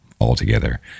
altogether